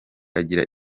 agira